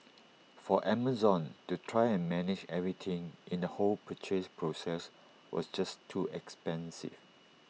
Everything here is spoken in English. for Amazon to try and manage everything in the whole purchase process was just too expensive